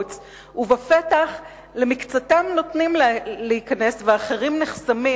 ובפתח למקצתם נותנים להיכנס ואחרים נחסמים,